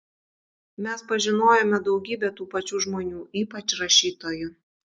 mes pažinojome daugybę tų pačių žmonių ypač rašytojų